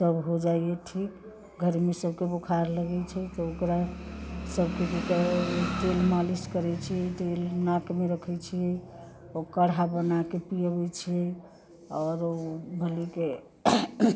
तब हो जाइए ठीक गरमी सबके बोखार लगै छै तऽ ओकरा सबके तेल मालिश करै छी तेल नाकमे रखै छी ओ काढ़ा बनाके पियाबै छियै आओर बोलली की